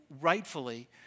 rightfully